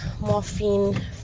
morphine